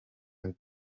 and